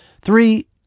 Three